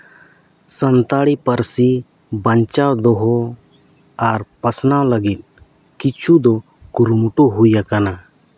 ᱥᱟᱱᱛᱟᱲᱤ ᱯᱟᱹᱨᱥᱤ ᱵᱟᱧᱪᱟᱣ ᱫᱚᱦᱚ ᱟᱨ ᱯᱟᱥᱱᱟᱣ ᱞᱟᱹᱜᱤᱫ ᱠᱤᱪᱷᱩ ᱫᱚ ᱠᱩᱨᱩᱢᱩᱴᱩ ᱦᱩᱭ ᱟᱠᱟᱱᱟ